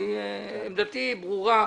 עמדתי היא ברורה.